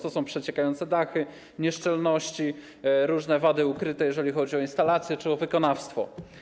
To są przeciekające dachy, nieszczelności, różne wady ukryte, jeżeli chodzi o instalacje czy o wykonawstwo.